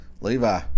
Levi